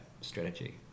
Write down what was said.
strategy